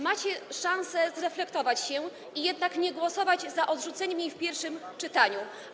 Macie szansę zreflektować się i jednak nie głosować za odrzuceniem jej w pierwszym czytaniu.